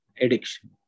addiction